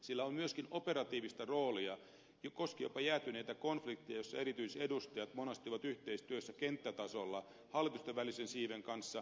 sillä on myöskin operatiivista roolia koskien jopa jäätyneitä konflikteja jossa erityisedustajat monesti ovat yhteistyössä kenttätasolla hallitusten välisen siiven kanssa